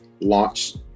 launch